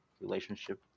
relationship